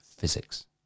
physics